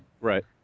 Right